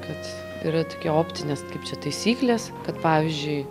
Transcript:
kad yra tik optinės kaip čia taisyklės kad pavyzdžiui